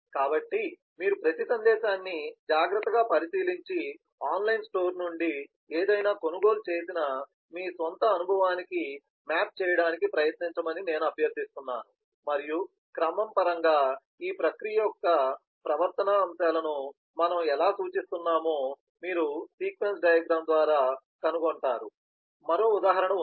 కాబట్టి మీరు ప్రతి సందేశాన్ని జాగ్రత్తగా పరిశీలించి ఆన్లైన్ స్టోర్ నుండి ఏదైనా కొనుగోలు చేసిన మీ స్వంత అనుభవానికి మ్యాప్ చేయడానికి ప్రయత్నించమని నేను అభ్యర్థిస్తున్నాను మరియు క్రమం పరంగా ఈ ప్రక్రియ యొక్క ప్రవర్తనా అంశాలను మనము ఎలా సూచిస్తున్నామో మీరు సీక్వెన్స్ డయాగ్రమ్ ద్వారా కనుగొంటారు మరో ఉదాహరణ ఉంది